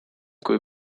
kui